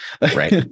right